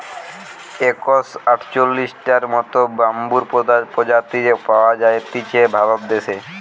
একশ আটচল্লিশটার মত বাম্বুর প্রজাতি পাওয়া জাতিছে ভারত দেশে